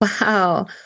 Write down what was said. Wow